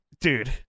Dude